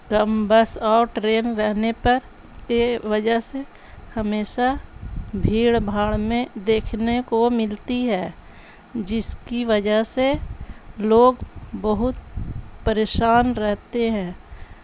کم bus اور train رہنے پر کے وجہ سے ہمیشہ بھیڑ بھاڑ میں دیکھنے کو ملتی ہے جس کی وجہ سے لوگ بہت پریشان رہتے ہیں